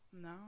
No